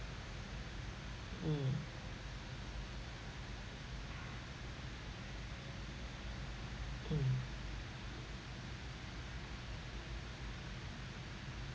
mm mm